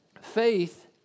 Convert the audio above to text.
Faith